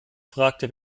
fragte